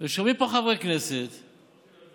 שומעים פה חברי כנסת שתוקפים,